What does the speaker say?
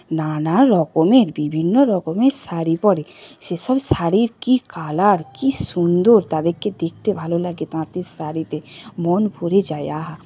নানা রকমের বিভিন্ন রকমের শাড়ি পরে সে সব শাড়ির কী কালার কী সুন্দর তাদেরকে দেখতে ভালো লাগে তাঁতের শাড়িতে মন ভরে যায় আহা